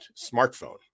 smartphone